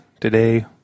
today